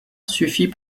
suffit